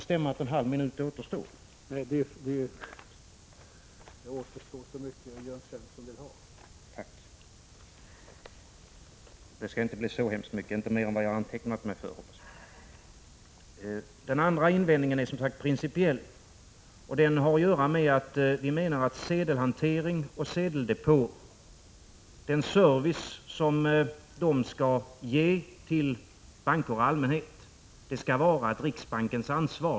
Vi menar att den service som vid sedeldepåer skall ges till banker och allmänhet skall vara riksbankens ansvar.